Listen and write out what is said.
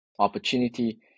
opportunity